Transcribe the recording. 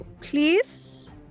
please